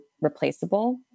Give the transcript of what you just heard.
replaceable